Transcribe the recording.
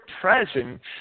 present